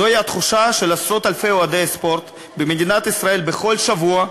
זו התחושה של עשרות-אלפי אוהדי ספורט במדינת ישראל בכל שבוע,